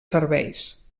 serveis